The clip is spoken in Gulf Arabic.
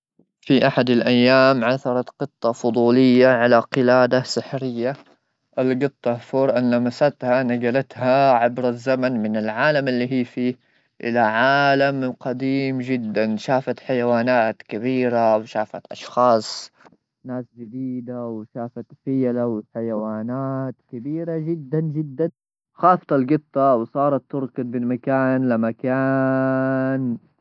في احد الايام عثرت قطه فضوليه على قلاده سحريه ,القطه فور ان لمستها نقلتها عبر الزمن من العالم اللي هي فيه الى عالم قديم جدا ,شافت حيوانات كبيره وشافت اشخاص ناس جديده وشافت فيله وحيوانات كبيره جدا جدا خاصه القطه وصارت تركض من مكان لمكان.